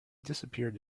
disappeared